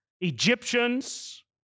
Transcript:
Egyptians